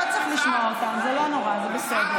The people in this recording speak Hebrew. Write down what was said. הגזען האתיופי הראשון, זה סטרטאפ.